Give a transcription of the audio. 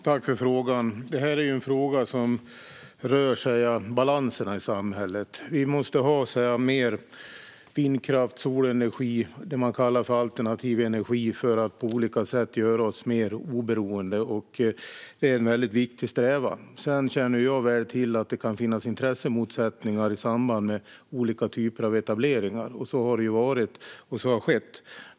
Herr talman! Detta är en fråga som rör balanserna i samhället. Vi måste ha mer vindkraft och solenergi, det man kallar alternativ energi, för att på olika sätt göra oss mer oberoende. Det är en viktig strävan. Jag känner väl till att det kan finnas intressemotsättningar i samband med olika typer av etablering. Så har det varit, och så har skett.